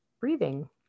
breathing